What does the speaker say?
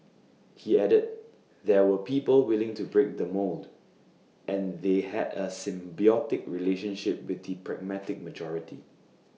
he added there were people willing to break the mould and they had A symbiotic relationship with the pragmatic majority